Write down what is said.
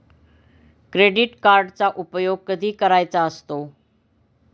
Credit कार्डचा उपयोग कधी करायचा असतो?